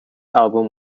album